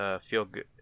feel-good